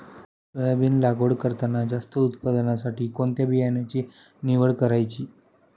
Soybean लागवड करताना जास्त उत्पादनासाठी कोणत्या बियाण्याची निवड करायची?